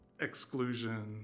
exclusion